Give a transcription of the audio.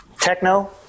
techno